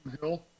Hill